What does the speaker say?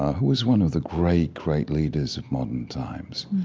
who was one of the great, great leaders of modern times.